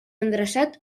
endreçat